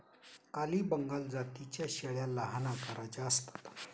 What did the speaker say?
काली बंगाल जातीच्या शेळ्या लहान आकाराच्या असतात